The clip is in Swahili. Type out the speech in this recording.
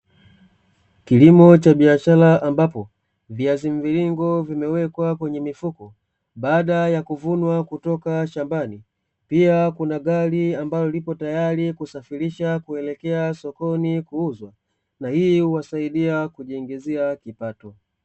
Kilimo cha biashara ambapo viazi mviringo vimewekwa kwenye mifuko baada ya kuvunwa kutoka shambani, pia kuna gari ambalo lipo tayari kusafirisha kuelekea sokoni kuuzwa, na hii huwasaidia kuwaingizia kipato.